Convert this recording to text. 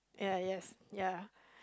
ya yes ya